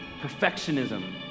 perfectionism